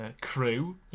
crew